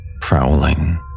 prowling